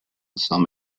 some